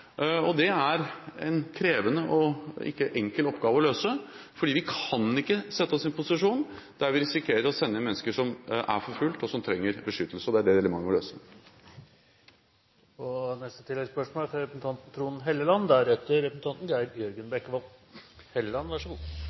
Det er en krevende og ikke enkel oppgave å løse, for vi kan ikke sette oss i en posisjon der vi risikerer å sende hjem mennesker som er forfulgt, og som trenger beskyttelse. Det er det dilemmaet vi må løse. Trond Helleland – til oppfølgingsspørsmål. Det er